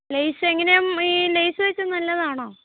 lace എങ്ങനെയാണ് ഈ lace വച്ചു നല്ലതാണോ